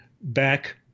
back